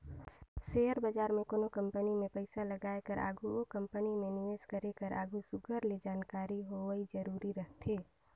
share बजार में कोनो कंपनी में पइसा लगाए कर आघु ओ कंपनी में निवेस करे कर आघु सुग्घर ले जानकारी होवई जरूरी रहथे